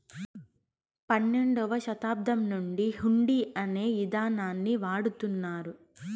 పన్నెండవ శతాబ్దం నుండి హుండీ అనే ఇదానాన్ని వాడుతున్నారు